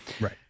right